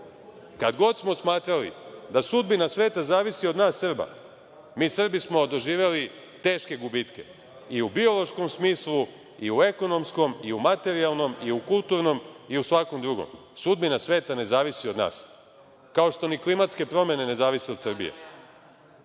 Kad god smo smatrali da sudbina sveta zavisi od nas Srba, mi Srbi smo doživeli teške gubitke, i u biološkom smislu, i u ekonomskom, i u materijalnom, i u kulturnom i u svakom drugom. Sudbina sveta ne zavisi od nas. Kao što ni klimatske promene ne zavise od Srbije.